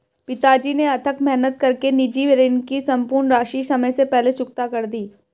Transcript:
पिताजी ने अथक मेहनत कर के निजी ऋण की सम्पूर्ण राशि समय से पहले चुकता कर दी